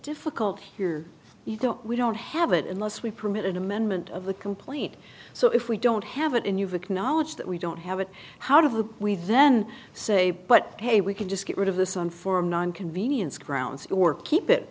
difficult here you know we don't have it unless we permit an amendment of the complaint so if we don't have it and you've acknowledged that we don't have it how do we then say but hey we can just get rid of this unformed on convenience grounds or keep